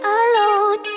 alone